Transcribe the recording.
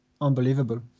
unbelievable